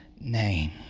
name